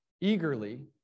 eagerly